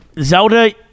Zelda